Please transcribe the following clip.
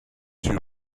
you